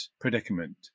predicament